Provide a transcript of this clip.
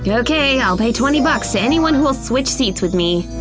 ah okay, i'll pay twenty bucks to anyone who'll switch seats with me.